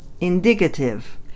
Indicative